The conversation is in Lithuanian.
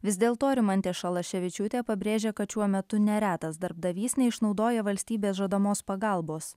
vis dėlto rimantė šalaševičiūtė pabrėžė kad šiuo metu neretas darbdavys neišnaudoja valstybės žadamos pagalbos